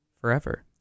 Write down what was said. Forever